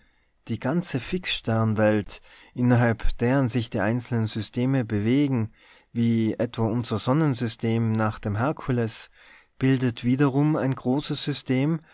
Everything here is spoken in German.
die ganze fixsternwelt innerhalb deren sich die einzelnen systeme bewegen wie etwa unser sonnensystem nach dem herkules bildet wiederum ein großes system